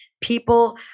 people